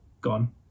gone